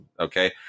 Okay